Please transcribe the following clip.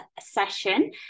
session